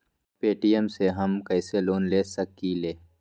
Paytm से हम कईसे लोन ले सकीले?